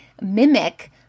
mimic